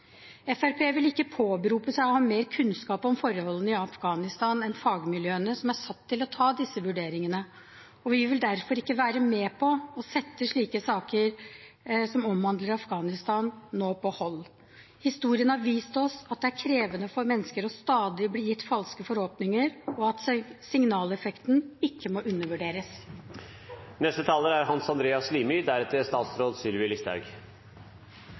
vil ikke påberope seg å ha mer kunnskap om forholdene i Afghanistan enn fagmiljøene som er satt til å ta disse vurderingene, og vi vil derfor ikke være med på å sette slike saker som omhandler Afghanistan, på «hold» nå. Historien har vist oss at det er krevende for mennesker stadig å bli gitt falske forhåpninger, og at signaleffekten ikke må